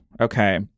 Okay